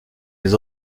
les